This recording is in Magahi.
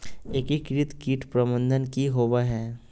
एकीकृत कीट प्रबंधन की होवय हैय?